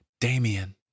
Damien